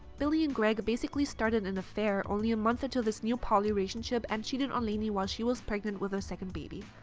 billie and greg basically started an affair only a month into this new poly relationship and cheated on lainey while she was pregnant with the second baby.